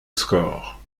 score